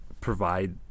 provide